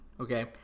okay